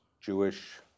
Jewish